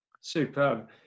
Superb